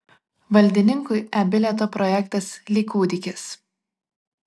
valdininkui e bilieto projektas lyg kūdikis